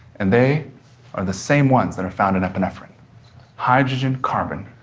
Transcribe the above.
and they are the same ones that are found in epinephrine hydrogen, carbon,